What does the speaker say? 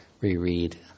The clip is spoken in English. reread